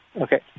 Okay